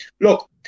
Look